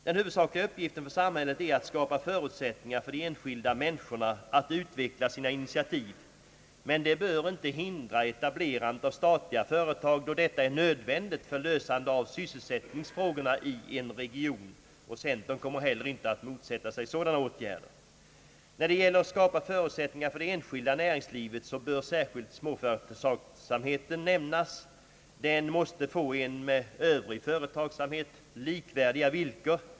Den huvudsakliga uppgiften för samhället är att skapa förutsättningar för de enskilda människorna att utveckla sina initiativ, men det bör inte hindra etablerandet av statliga företag då detta är nödvändigt för lösandet av sysselsättningsfrågorna i en region. Centerpartiet kommer heller inte att motsätta sig sådana åtgärder. När det gäller att skapa förutsättningar för det enskilda näringslivet bör särskilt småföretagsamheten nämnas. Denna måste få med övrig företagsamhet likvärdiga villkor.